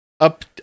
Up